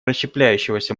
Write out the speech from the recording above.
расщепляющегося